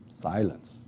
Silence